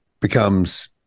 becomes